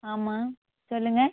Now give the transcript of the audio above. ஆமாம் சொல்லுங்க